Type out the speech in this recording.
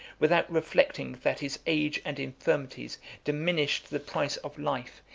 without reflecting that his age and infirmities diminished the price of life,